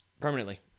permanently